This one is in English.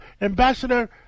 Ambassador